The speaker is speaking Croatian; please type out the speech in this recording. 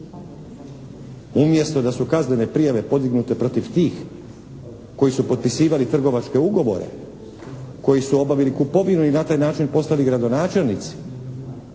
Umjesto da su kaznene prijave podignute protiv tih koji su potpisivali trgovačke ugovore, koji su obavili trgovinu i na taj način postali gradonačelnici.